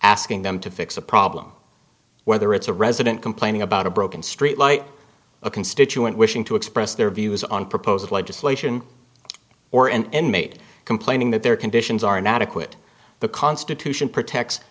asking them to fix a problem whether it's a resident complaining about a broken streetlight a constituent wishing to express their views on proposed legislation or and made complaining that their conditions are inadequate the constitution protects